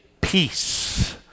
peace